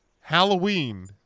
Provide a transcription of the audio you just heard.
Halloween